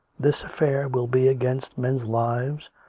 this affair will be against men's lives.